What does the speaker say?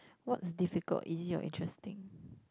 what's difficult is it your interesting